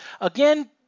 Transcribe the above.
Again